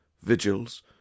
vigils